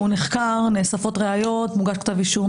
הוא נחקר, נאספות ראיות, מוגש כתב אישום.